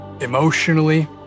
emotionally